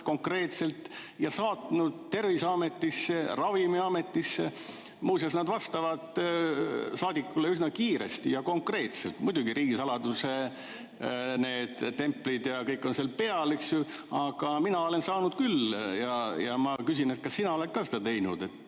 konkreetselt, ja saatnud Terviseametisse või Ravimiametisse? Muuseas, nad vastavad saadikule üsna kiiresti ja konkreetselt. Muidugi, riigisaladuse templid ja kõik on seal peal, eks ju. Aga mina olen saanud küll infot ja ma küsin, kas sina oled seda teinud,